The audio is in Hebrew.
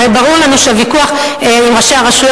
הרי ברור לנו שהוויכוח עם ראשי הרשויות